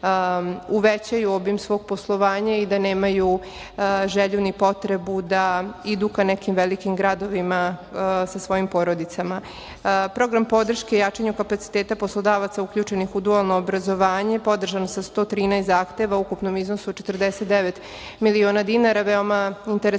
uvećaju obim svog poslovanja i da nemaju želju ni potrebu da idu ka nekim velikim gradovima sa svojim porodicama. Program podrške jačanju kapaciteta poslodavaca uključenih u dualno obrazovanje, podržan sa 113 zahteva u ukupnom iznosu od 49 miliona dinara. Veoma interesantan